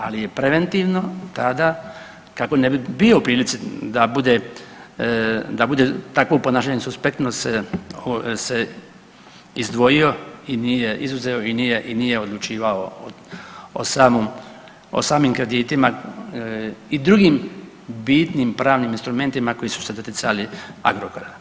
Ali je preventivno tada kako ne bi bio u prilici da bude, da bude takvo ponašanje suspektno s, se izdvojio, izuzeo i nije odlučivao o samim kreditima i drugim bitnim pravnim instrumentima koji su se doticali Agrokora.